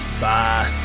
Bye